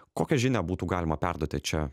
kokią žinią būtų galima perduoti čia